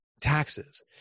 taxes